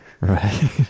right